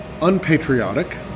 unpatriotic